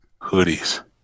hoodies